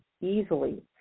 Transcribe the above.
easily